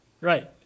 Right